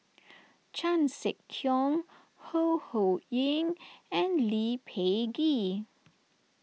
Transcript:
Chan Sek Keong Ho Ho Ying and Lee Peh Gee